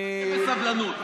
ותחכה בסבלנות.